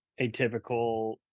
atypical